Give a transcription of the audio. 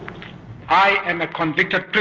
i am a convicted